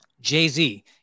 Jay-Z